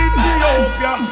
Ethiopia